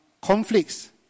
conflicts